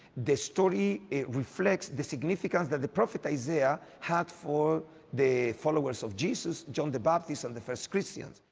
the story, it reflects the significance that the prophet isaiah. had for the followers of jesus, john the baptist and the first christians.